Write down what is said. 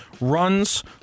runs